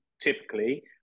typically